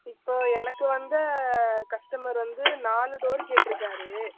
இப்போ எனக்கு வந்த கஸ்டமர் வந்து நாலு டோரு கேட்டிருக்குறாரு